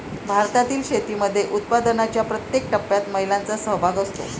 भारतातील शेतीमध्ये उत्पादनाच्या प्रत्येक टप्प्यात महिलांचा सहभाग असतो